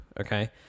okay